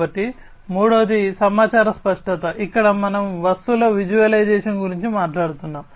కాబట్టి మూడవది సమాచార స్పష్టత ఇక్కడ మనం వస్తువుల విజువలైజేషన్ గురించి మాట్లాడుతున్నాము